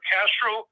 Castro